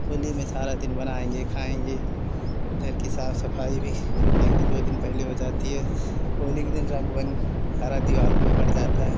होली में सारा दिन बनाएँगे खाएँगे घर कि सफाई भी एक दिन दो दिन पहले हो जाती है होली के दिन रंग वंग सारा दीवारों पे पड़ जाता है